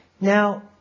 Now